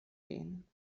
gehen